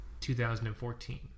2014